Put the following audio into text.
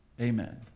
Amen